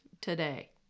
today